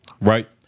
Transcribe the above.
right